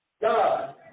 God